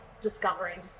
discovering